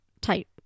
type